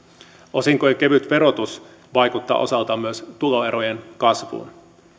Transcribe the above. osinkojen kevyt verotus vaikuttaa osaltaan myös tuloerojen kasvuun